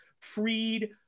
freed